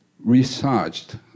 researched